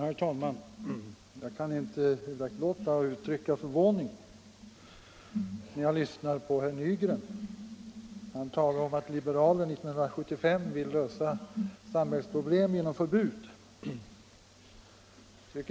Herr talman! Jag kan inte uraktlåta att uttrycka förvåning över vad herr Nygren sade om att liberaler år 1975 vill lösa samhällsproblem genom förbud.